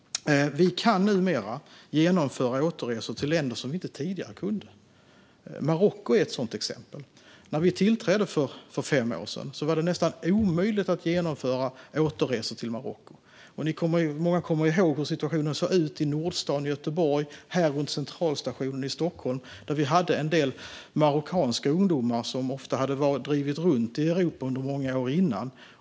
Vi kan numera genomföra återresor till länder dit man tidigare inte kunde göra det. Marocko är ett sådant exempel. När vi tillträdde för fem år sedan var det nästan omöjligt att genomföra återresor till Marocko. Många kommer ihåg hur situationen såg ut i Nordstan i Göteborg och runt Centralen i Stockholm, där vi hade en del marockanska ungdomar som ofta hade drivit runt i Europa under många år.